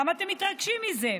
למה אתם מתרגשים מזה?